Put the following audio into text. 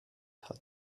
hat